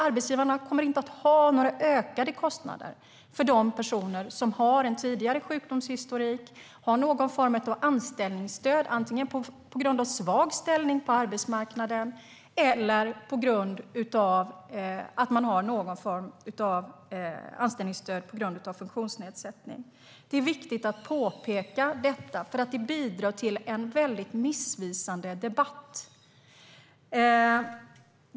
Arbetsgivarna kommer inte att ha några ökade kostnader för de personer som har en tidigare sjukdomshistorik eller har någon form av anställningsstöd på grund av antingen en svag ställning på arbetsmarknaden eller en funktionsnedsättning. Det är viktigt att påpeka detta eftersom dessa bilder bidrar till en missvisande debatt.